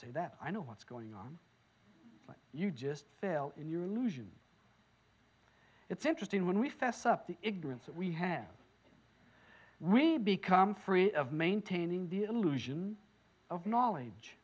say that i know what's going on you just fail in your illusion it's interesting when we fess up the ignorance that we have we become free of maintaining the illusion of knowledge